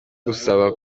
gusaba